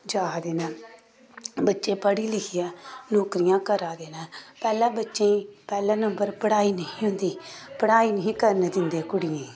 जा दे न बच्चे पढ़ी लिखियै नौकरियां करा दे न पैह्लें बच्चें गी पैह्ले नम्बर पढ़ाई निं ही होंदी पढ़ाई निं ही करन दिंदे कुड़ियें गी